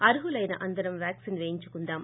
అర్ఖులైన అందరం వ్యాక్సిన్ పేసుకుందాం